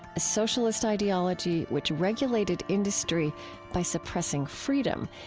a socialist ideology which regulated industry by suppressing freedom,